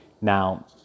Now